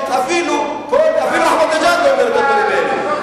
אפילו אחמדינג'אד לא אומר את הדברים האלה.